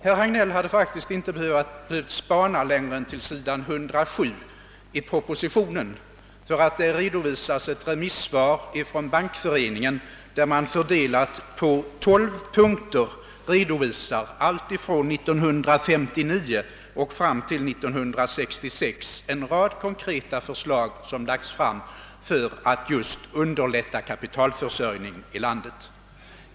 Men han hade faktiskt inte behövt spana längre än till s. 107 i den föreliggande propositionen, där det återfinnes ett remissvar från bankföreningen i vilket, fördelat på tolv punkter avseende tiden 1959 fram till 1966, redovisas en rad konkreta förslag som framlagts för att just underlätta kapitalförsörjningen i landet.